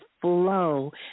flow